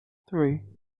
three